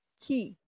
key